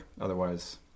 otherwise